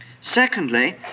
Secondly